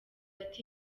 ati